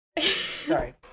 Sorry